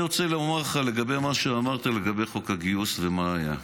אני רוצה לומר לך לגבי מה שאמרת על חוק הגיוס ומה היה.